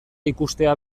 ikustea